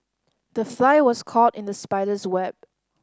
the fly was caught in the spider's web